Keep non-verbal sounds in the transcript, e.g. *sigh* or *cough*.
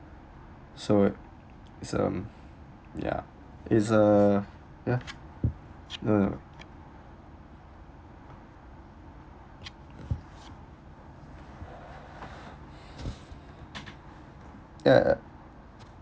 so it's um ya it's uh ya no no *breath* ya ya